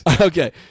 Okay